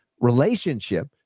relationship